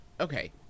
okay